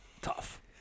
tough